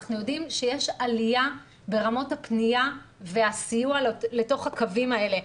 אנחנו יודעים שיש עליה ברמות הפניה והסיוע לתוך הקווים האלה.